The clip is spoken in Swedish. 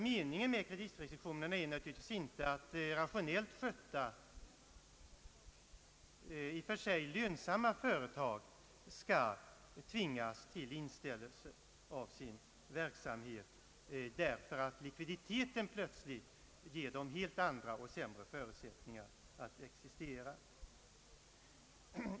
Meningen med kreditrestriktioner är naturligtvis inte att rationellt skötta och i och för sig lönsamma företag skall tvingas till inställelse av sin verksamhet, därför att likviditeten helt plötsligt ger dem helt andra och sämre förutsättningar att existera.